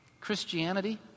Christianity